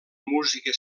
música